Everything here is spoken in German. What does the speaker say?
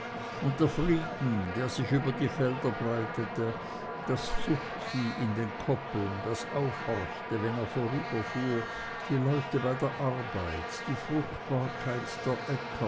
und der frieden der sich über die felder breitete das zuchtvieh in den koppeln das aufhorchte wenn er vorüberfuhr die leute bei der arbeit die